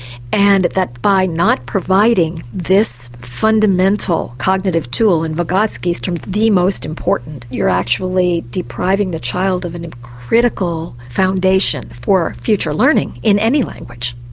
and that by not providing this fundamental cognitive tool in verosky's term the most important, you're actually depriving the child of a and and critical foundation for future learning in any language.